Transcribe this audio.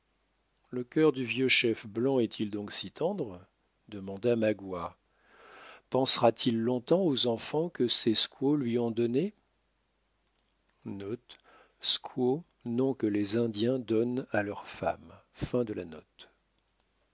le cœur du vieux chef blanc est-il donc si tendre demanda magua pensera t il longtemps aux enfants que ses yeux lui ont donné que les indiens donnent à leurs femmes